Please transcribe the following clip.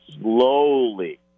slowly